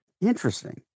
Interesting